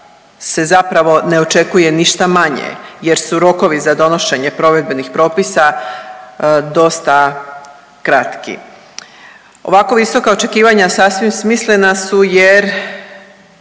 se zapravo ne očekuje ništa manje jer su rokovi za donošenje provedbenih propisa dosta kratki. Ovako visoka očekivanja sasvim smislena su jer,